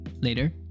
later